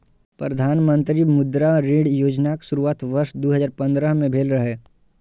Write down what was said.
प्रधानमंत्री मुद्रा ऋण योजनाक शुरुआत वर्ष दू हजार पंद्रह में भेल रहै